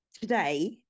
today